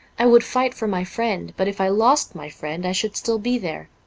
i would fight for my friend, but if i lost my friend, i should still be there.